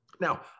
Now